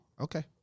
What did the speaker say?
Okay